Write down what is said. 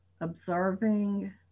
observing